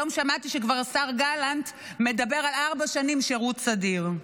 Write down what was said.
היום שמעתי שהשר גלנט כבר מדבר על ארבע שנים שירות סדיר.